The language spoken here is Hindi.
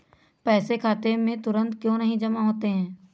पैसे खाते में तुरंत क्यो नहीं जमा होते हैं?